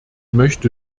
möchte